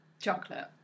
chocolate